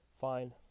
Fine